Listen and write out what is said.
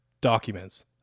Documents